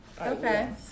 okay